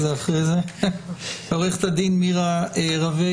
גנס, עו"ד מירה רווה,